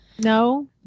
No